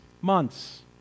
months